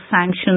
sanctions